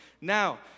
Now